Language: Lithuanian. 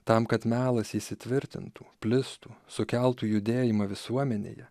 tam kad melas įsitvirtintų plistų sukeltų judėjimą visuomenėje